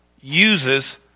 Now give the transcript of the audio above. uses